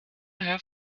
have